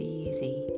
easy